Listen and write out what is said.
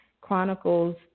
chronicles